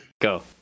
go